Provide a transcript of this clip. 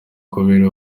kubiba